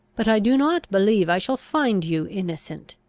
but i do not believe i shall find you innocent.